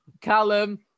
Callum